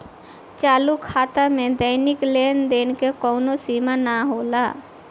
चालू खाता में दैनिक लेनदेन के कवनो सीमा ना होला